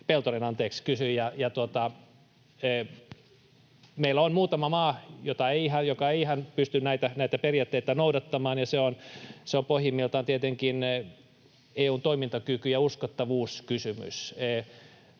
Peltonen — kysyi. Meillä on muutama maa, jotka eivät ihan pysty näitä periaatteita noudattamaan, ja se on pohjimmiltaan tietenkin EU:n toimintakyky- ja uskottavuuskysymys.